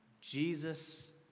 Jesus